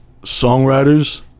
songwriters